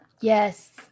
yes